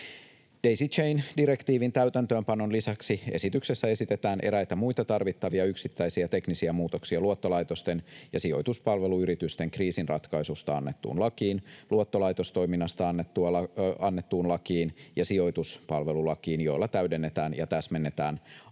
Daisy Chain -direktiivin täytäntöönpanon lisäksi esityksessä esitetään eräitä muita tarvittavia yksittäisiä teknisiä muutoksia luottolaitosten ja sijoituspalveluyritysten kriisinratkaisusta annettuun lakiin, luottolaitostoiminnasta annettuun lakiin ja sijoituspalvelulakiin, joilla täydennetään ja täsmennetään aiemman